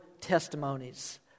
testimonies